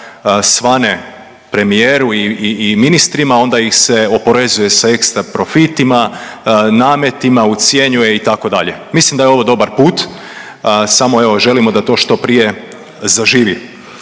svane premijeru i ministrima onda ih se oporezuje sa ekstra profitima, nametima, ucjenjuje itd. Mislim da je ovo dobar put, samo evo želimo da to što prije zaživi.